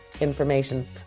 information